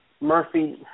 Murphy